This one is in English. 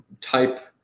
type